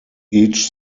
each